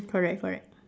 correct correct